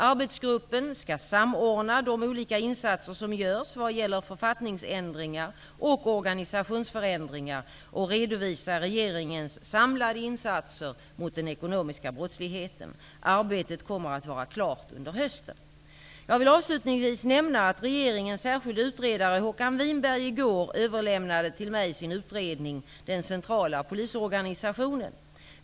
Arbetsgruppen skall samordna de olika insatser som görs vad gäller författningsändringar och organisationsförändringar och redovisa regeringens samlade insatser mot den ekonomiska brottsligheten. Arbetet kommer att vara klart under hösten. Jag vill avslutningsvis nämna att regeringens särskilde utredare Håkan Winberg i går överlämnade till mig sin utredning Den centrala polisorganisationen.